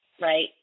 right